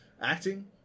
acting